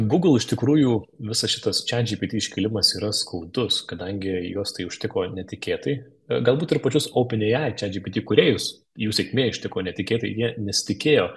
google iš tikrųjų visas šitas chatgpt iškilimas yra skaudus kadangi juos tai užtiko netikėtai galbūt ir pačius openai chatgpt kūrėjus jų sėkmė ištiko netikėtai jie nesitikėjo